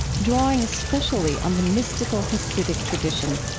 drawing especially on the mystical hasidic tradition.